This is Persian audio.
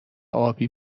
ابی